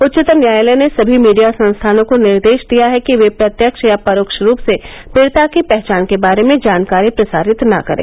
उच्चतम न्यायाल ने सभी मीडिया संस्थानों को निर्देश दिया है कि वे प्रत्यक्ष या परोक्ष रूप में पीड़िता की पहचान के बारे जानकारी प्रसारित ना करें